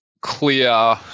clear